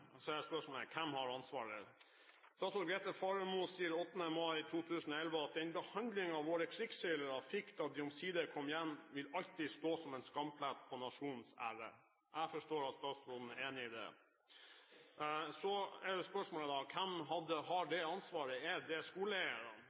så er spørsmålet: Hvem har ansvaret? Statsråd Grete Faremo sier 8. mai 2011: «Den behandlingen våre krigsseilere fikk da de omsider kom hjem vil alltid stå som en skamplett på nasjonens ære.» Jeg forstår det slik at statsråden er enig i det. Så er jo spørsmålet da: Hvem har det ansvaret? Er det skoleeierne?